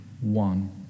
one